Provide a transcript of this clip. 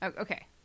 Okay